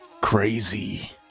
crazy